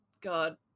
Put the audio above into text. god